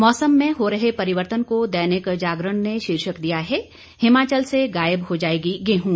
मौसम में हो रहे परिवर्तन को दैनिक जागरण ने शीर्षक दिया है हिमाचल से गायब हो जाएगी गेहूं